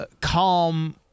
calm